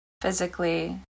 physically